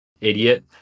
idiot